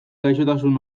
gaixotasun